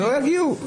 לא יגיעו.